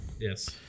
yes